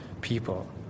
people